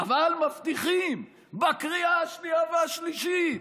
אבל מבטיחים: בקריאה השנייה והשלישית,